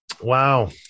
Wow